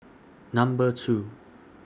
Number two